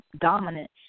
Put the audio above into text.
dominant